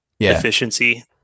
efficiency